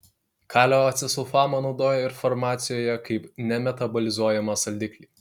kalio acesulfamą naudoja ir farmacijoje kaip nemetabolizuojamą saldiklį